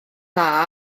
dda